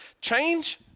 Change